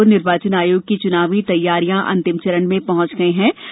दूसरी ओर निर्वाचन आयोग की चुनावी तैयारियां अंतिम चरण में पहुंच गई हैं